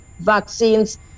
vaccines